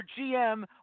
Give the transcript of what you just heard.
GM